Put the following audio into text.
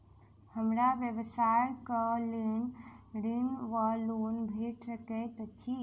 हमरा व्यवसाय कऽ लेल ऋण वा लोन भेट सकैत अछि?